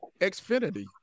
Xfinity